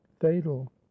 fatal